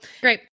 Great